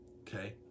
okay